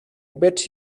bet